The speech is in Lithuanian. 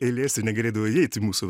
eilėse ir negalėdavo įeit į mūsų